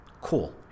Cool